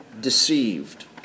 deceived